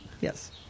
yes